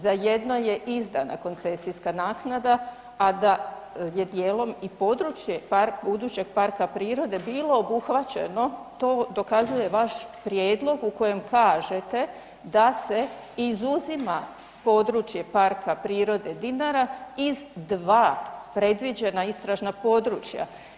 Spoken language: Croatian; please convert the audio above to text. Za jedno je izdana koncesijska naknada a da je djelom i područje budućeg parka prirode bilo obuhvaćeno, to dokazuje vaš prijedlog u kojem kažete da se izuzima područje PP „Dinara“ iz 2 predviđena istražna područja.